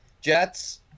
Jets